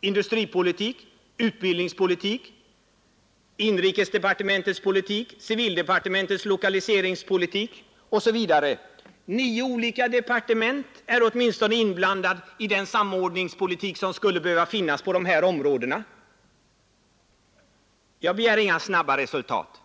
industripolitik, utbildningspolitik och inrikesdepartementets politik, civildepartementets lokaliseringspolitik osv. Åtminstone nio departement är inblandade i den samordningspolitik som skulle behöva finnas på dessa områden. Jag begär inga snabba resultat.